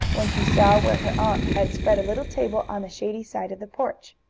when she saw where her aunt had spread a little table, on the shady side of the porch.